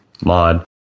mod